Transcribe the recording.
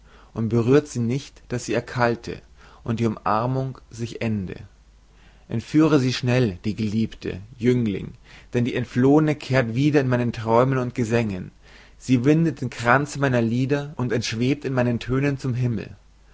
und berührt sie nicht daß sie erkalte und die umarmung sich ende entführe sie schnell die geliebte jüngling denn die entflohene kehrt wieder in meinen träumen und gesängen sie windet den kranz meiner lieder und entschwebt in meinen tönen zum himmel